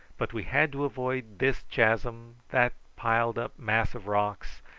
but we had to avoid this chasm, that piled-up mass of rocks,